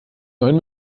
neuen